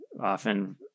often